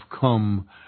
come